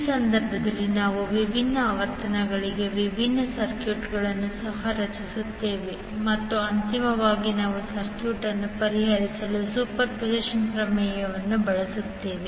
ಈ ಸಂದರ್ಭದಲ್ಲಿ ನಾವು ವಿಭಿನ್ನ ಆವರ್ತನಗಳಿಗೆ ವಿಭಿನ್ನ ಸರ್ಕ್ಯೂಟ್ಗಳನ್ನು ಸಹ ರಚಿಸುತ್ತೇವೆ ಮತ್ತು ಅಂತಿಮವಾಗಿ ನಾವು ಸರ್ಕ್ಯೂಟ್ ಅನ್ನು ಪರಿಹರಿಸಲು ಸೂಪರ್ಪೋಸಿಷನ್ ಪ್ರಮೇಯವನ್ನು ಬಳಸುತ್ತೇವೆ